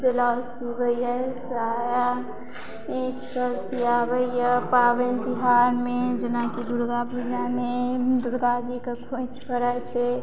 blouse सीबैयि साया ई सब सीबैया पाबनि तिहारमे जेनाकि दुर्गा पूजामे दुर्गा जीके खोंछि भड़ै छै